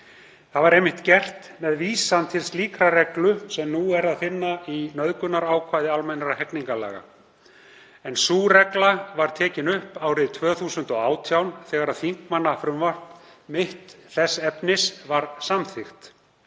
Það var einmitt gert með vísan til slíkrar reglu sem nú er að finna í nauðgunarákvæði almennra hegningarlaga en sú regla var tekin upp árið 2018 þegar þingmannafrumvarp mitt þess efnis var samþykkt.